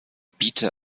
biete